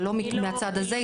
ולא מהצד הזה,